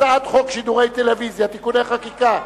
הצעת חוק שידורי טלוויזיה (תיקוני חקיקה),